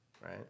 Right